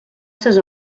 ses